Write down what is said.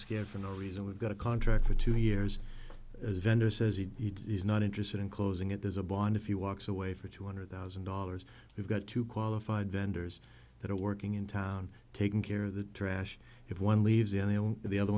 scared for no reason we've got a contract for two years as vendor says he's not interested in closing it there's a bond if he walks away for two hundred thousand dollars we've got two qualified vendors that are working in town taking care of the trash if one leaves in them the other